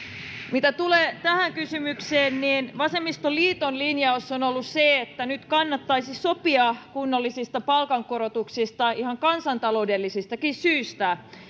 mitä tulee tähän kysymykseen niin vasemmistoliiton linjaus on on ollut se että nyt kannattaisi sopia kunnollisista palkankorotuksista ihan kansantaloudellisistakin syistä